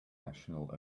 national